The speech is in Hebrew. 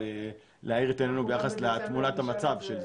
להאיר את עינינו ביחס לתמונת המצב שם.